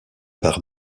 parts